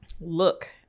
look